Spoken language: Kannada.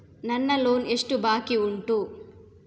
ನನ್ನ ಲೋನ್ ಎಷ್ಟು ಬಾಕಿ ಉಂಟು?